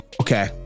Okay